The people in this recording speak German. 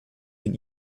den